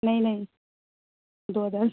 نہیں نہیں دو ہزار